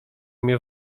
mnie